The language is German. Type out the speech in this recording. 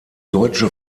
deutsche